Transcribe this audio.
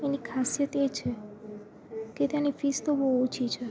એની ખાસિયત એ છે કે તેની ફિસ તો બહુ ઓછી છે